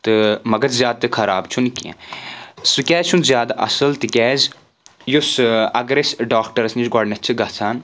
تہٕ مگر زیادٕ تہِ خراب چھُنہٕ کینٛہہ سُہ کیازِ چھُنہٕ زیادٕ اَصٕل تِکیازِ یُس اگر أسۍ ڈاکٹَرس نِش گۄڈنؠتھ چھِ گژھان